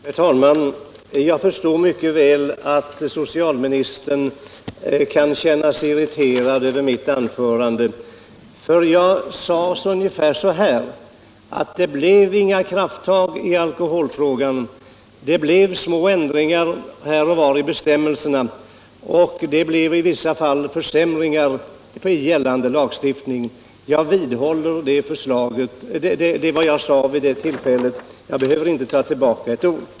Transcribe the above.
Herr talman! Jag förstår mycket väl att socialministern kan känna sig irriterad över mitt anförande, för jag sade ungefär så här: Det blev inga krafttag i alkoholfrågan, det blev små ändringar här och var i bestämmelserna och i vissa fall försämringar i gällande lagstiftning. Jag vidhåller vad jag sade vid det tillfället; jag behöver inte ta tillbaka ett ord.